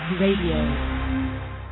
Radio